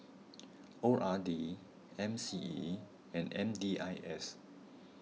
O R D M C E and M D I S